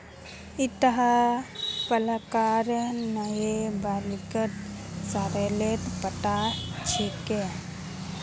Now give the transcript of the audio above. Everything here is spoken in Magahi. ईटा पलकेर नइ बल्कि सॉरेलेर पत्ता छिके